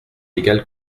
égal